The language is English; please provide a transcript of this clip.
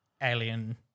alien